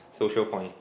social points